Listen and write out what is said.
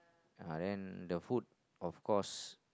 uh then the food of course